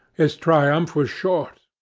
his triumph was short.